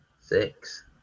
Six